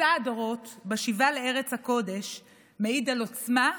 מסע הדורות בשיבה לארץ הקודש מעיד על עוצמה,